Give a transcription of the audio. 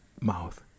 mouth